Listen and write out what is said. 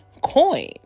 coin